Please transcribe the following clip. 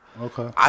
Okay